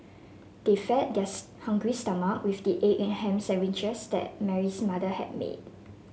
they fed their hungry stomach with the egg and ham sandwiches that Mary's mother had made